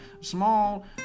small